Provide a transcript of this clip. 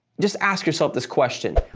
just ask yourself this question.